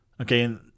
Okay